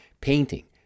Painting